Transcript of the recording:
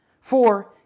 Four